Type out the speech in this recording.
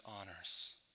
honors